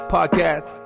Podcast